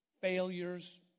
failures